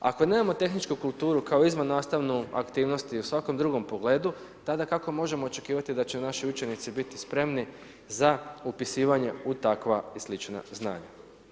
Ako nemamo tehničku kulturu kao izvannastavnu aktivnost i u svakom drugom pogledu tada kako možemo očekivati da će naši učenici biti spremni za upisivanje u takva i slična znanja?